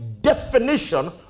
definition